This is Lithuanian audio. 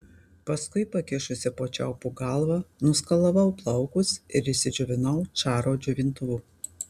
paskui pakišusi po čiaupu galvą nuskalavau plaukus ir išsidžiovinau čaro džiovintuvu